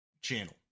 channel